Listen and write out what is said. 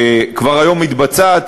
שכבר היום מתבצעת,